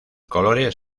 colores